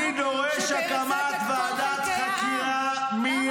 אני דורש הקמת ועדת חקירה מייד, עכשיו.